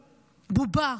בובה,